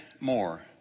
more